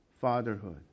fatherhood